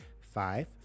five